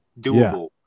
doable